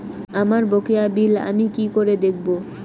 আমার বকেয়া বিল আমি কি করে দেখব?